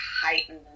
heightened